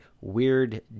weird